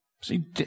See